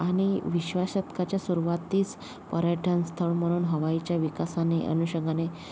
आणि विसाव्या शतकाच्या सुरवातीस पर्यटन स्थळ म्हणून हवाईच्या विकासाने अनुषंगाने